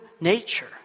nature